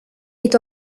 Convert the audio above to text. est